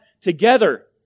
together